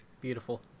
Beautiful